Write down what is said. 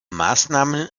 maßnahmen